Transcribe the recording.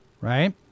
right